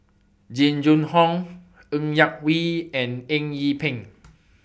Jing Jun Hong Ng Yak Whee and Eng Yee Peng